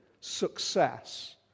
success